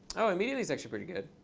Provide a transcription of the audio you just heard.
oh, immediately is actually pretty good.